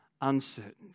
uncertainty